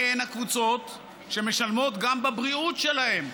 הן הקבוצות שמשלמות גם בבריאות שלהן,